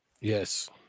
yes